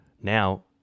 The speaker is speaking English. Now